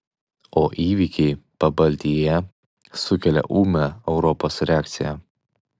o įvykiai pabaltijyje sukelia ūmią europos reakciją